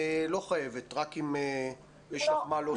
את לא חייבת, רק אם יש לך מה להוסיף.